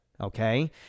okay